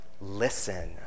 listen